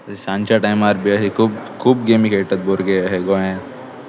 सांजच्या टायमार बी अशे खूब खूब गेमी खेळटात भुरगे अशें गोंयान